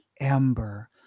amber